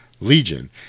Legion